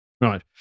Right